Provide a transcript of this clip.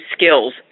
skills